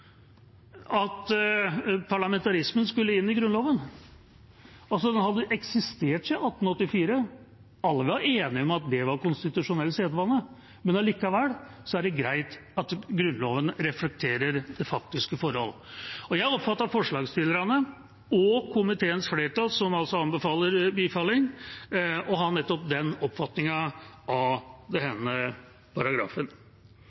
at parlamentarismen skulle inn i Grunnloven. Den hadde eksistert siden 1884, og alle var enige om at det var konstitusjonell sedvane, men allikevel er det greit at Grunnloven reflekterer det faktiske forhold. Jeg oppfatter forslagsstillerne og komiteens flertall, som altså anbefaler bifall, å ha nettopp den oppfatningen av